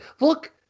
Look